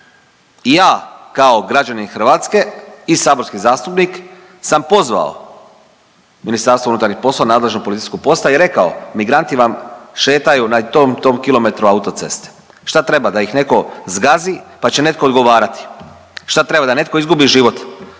ja kao građanin Hrvatske i saborski zastupnik sam pozvao MUP, nadležnu policijsku postaju i rekao migranti vam šetaju na tom i tom kilometru autoceste. Šta treba, da ih netko zgazi pa će netko odgovarati? Šta treba da netko izgubi život